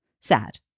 Sad